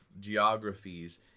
geographies